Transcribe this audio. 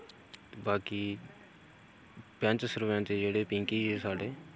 बाकी पैंच सरपैंच जेह्ड़े पींकी जी साढ़े